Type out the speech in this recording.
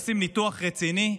עושים ניתוח רציני.